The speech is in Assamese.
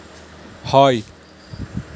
হয়